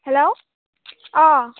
hello अ